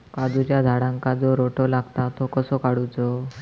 काजूच्या झाडांका जो रोटो लागता तो कसो काडुचो?